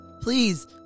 Please